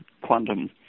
quantum